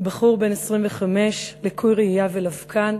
בחור בן 25 לקוי ראייה ולבקן,